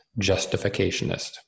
justificationist